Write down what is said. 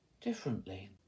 Differently